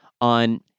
on